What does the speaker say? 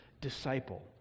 disciple